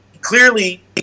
clearly